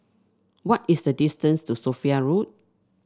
what is the distance to Sophia Road